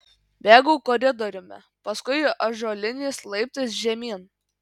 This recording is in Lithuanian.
bėgau koridoriumi paskui ąžuoliniais laiptais žemyn